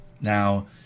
Now